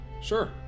sure